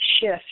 shift